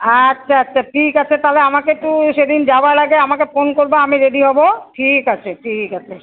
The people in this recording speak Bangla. আচ্ছা আচ্ছা ঠিক আছে তাহলে আমাকে একটু সেদিন যাবার আগে আমাকে ফোন করবা আমি রেডি হবো ঠিক আছে ঠিক আছে